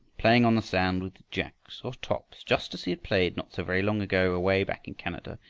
playing on the sand with jacks or tops, just as he had played not so very long ago away back in canada,